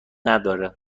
نداره